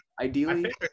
ideally